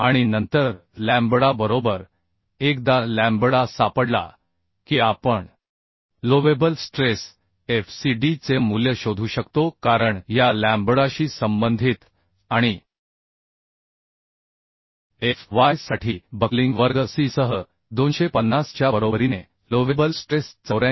आणि नंतर लॅम्बडा बरोबर एकदा लॅम्बडा सापडला की आपण allowable stress f c d चे मूल्य शोधू शकतो कारण या लॅम्बडाशी संबंधित आणि f y साठी बक्लिंग वर्ग c सह 250 च्या बरोबरीने एलोवेबल स्ट्रेस 84